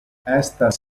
estas